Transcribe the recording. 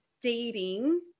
dating